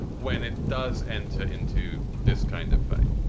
when it does enter into this kind of fight,